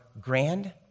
grand